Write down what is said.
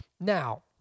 now